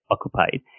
occupied